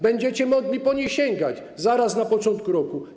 Będziecie mogli po nie sięgać zaraz na początku roku.